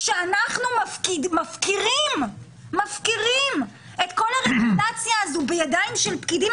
כשאנחנו מפקירים את כל הרגולציה הזאת בידיים של פקידים,